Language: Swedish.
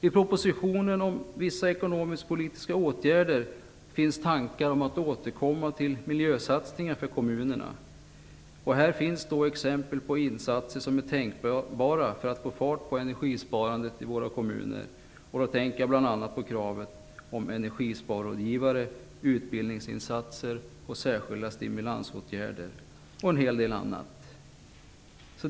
I propositionen om vissa ekonomisk-politiska åtgärder finns tankar om att återkomma till miljösatsningen för kommunerna. Här finns då exempel på insatser som är tänkbara för att få fart på energisparandet i våra kommuner. Jag tänker då på kravet om energisparrådgivare, utbildningsinsatser, särskilda stimulansåtgärder och en hel del annat.